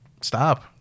stop